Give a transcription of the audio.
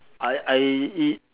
I I it